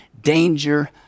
danger